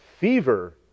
fever